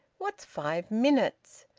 what's five minutes?